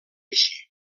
així